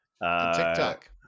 TikTok